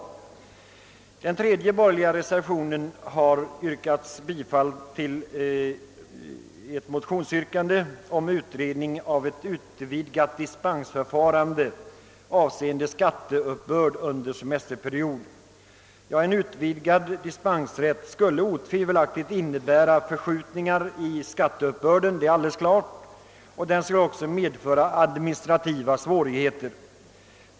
I den tredje borgerliga reservationen har hemställts om bifall till ett motionsyrkande om utredning av ett vidgat dispensförfarande avseende skatteuppbörd under semesterperiod. En utvidgad dispensrätt skulle otvivelaktigt innebära förskjutningar i skatteuppbörden. Den skulle också medföra administrativa svagheter.